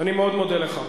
אני מאוד מודה לך.